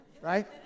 Right